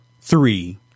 three